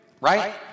right